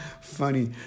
Funny